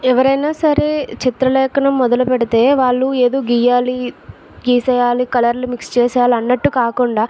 ఎవరైనా సరే చిత్రలేఖనం మొదలు పెడితే వాళ్ళు ఏదో గీయాలి గీసేయాలి కలర్లు మిక్స్ చేసేయాలి అన్నట్టు కాకుండా